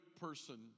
person